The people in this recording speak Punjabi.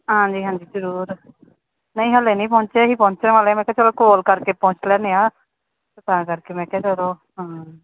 ਹਾਂਜੀ ਹਾਂਜੀ ਜ਼ਰੂਰ ਨਹੀਂ ਹਾਲੇ ਨਹੀਂ ਪਹੁੰਚੇ ਹੈਗੇ ਪਹੁੰਚਣ ਵਾਲੇ ਮੈਂ ਕਿਹਾ ਚਲੋ ਕੋਲ ਕਰਕੇ ਪੁੱਛ ਲੈਂਦੇ ਹਾਂ ਤਾਂ ਕਰਕੇ ਮੈਂ ਕਿਹਾ ਚਲੋ ਹਾਂ